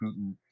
Putin